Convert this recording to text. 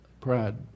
pride